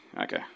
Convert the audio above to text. okay